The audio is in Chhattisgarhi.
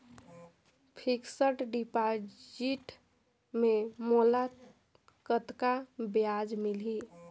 फिक्स्ड डिपॉजिट मे मोला कतका ब्याज मिलही?